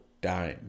dime